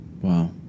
Wow